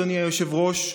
אדוני היושב-ראש,